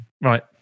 Right